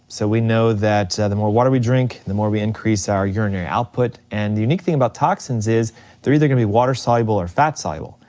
so we know that the more water we drink, the more we increase our urinary output and the unique thing about toxins is they're either gonna be water soluble or fat soluble.